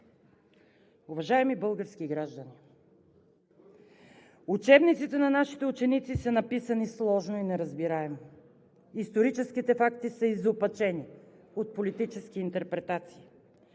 Уважаеми български граждани, учебниците на нашите ученици са написани сложно и неразбираемо. Историческите факти са изопачени от политически интерпретации,